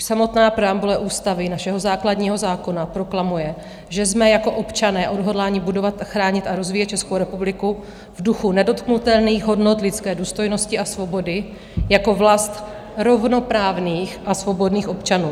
Už samotná preambule ústavy, našeho základního zákona, proklamuje, že jsme jako občané odhodláni budovat, chránit a rozvíjet Českou republiku v duchu nedotknutelných hodnot lidské důstojnosti a svobody jako vlast rovnoprávných a svobodných občanů.